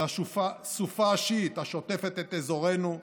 אל הסופה השיעית השוטפת את אזורנו,